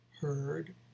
heard